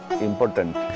important